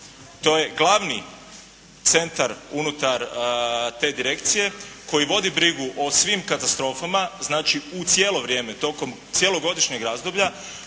to je glavni centar unutar te direkcije koji vodi brigu o svim katastrofama. Znači, cijelo vrijeme tokom cjelogodišnjeg razdoblja